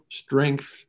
strength